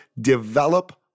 develop